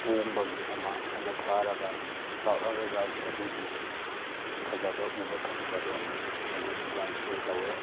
ꯄꯣꯡꯕꯒꯤ ꯑꯃ ꯑꯩꯅ ꯊꯥꯔꯒ ꯆꯥꯎꯂꯛꯔꯒ ꯑꯗꯨꯒꯤ ꯐꯖꯕ ꯎꯕ ꯐꯪꯕꯗꯣ ꯑꯗꯨꯒꯤ ꯌꯥꯝ ꯐꯤꯜ ꯇꯧꯏ